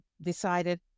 decided